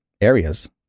areas